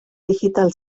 digital